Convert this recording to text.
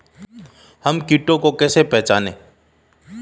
हम कीटों को कैसे पहचाने?